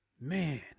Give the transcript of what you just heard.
man